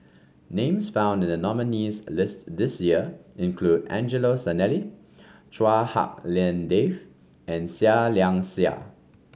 names found in the nominees' list this year include Angelo Sanelli Chua Hak Lien Dave and Seah Liang Seah